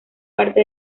parte